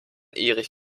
erich